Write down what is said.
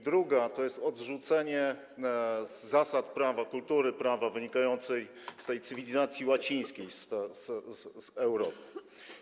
Druga to jest odrzucenie zasad prawa, kultury prawa wynikającej z cywilizacji łacińskiej, z Europy.